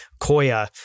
Koya